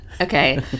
okay